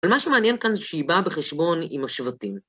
אבל מה שמעניין כאן זה שהיא באה בחשבון עם השבטים.